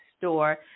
store